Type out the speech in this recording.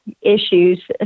issues